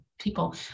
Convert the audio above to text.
people